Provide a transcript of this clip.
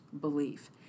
belief